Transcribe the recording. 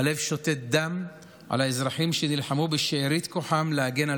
הלב שותת דם על האזרחים שנלחמו בשארית כוחם להגן על